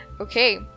Okay